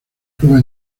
prueba